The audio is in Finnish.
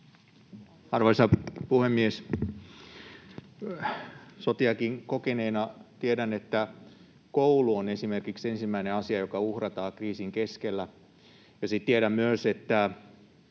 Arvoisa puhemies! Sotiakin kokeneena tiedän, että koulu esimerkiksi on ensimmäinen asia, joka uhrataan kriisin keskellä. Tosin tiedän myös, että